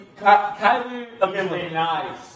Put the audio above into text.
Nice